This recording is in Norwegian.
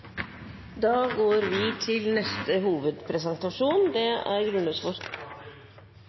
Da går vi til